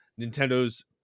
Nintendo's